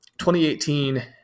2018